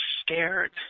scared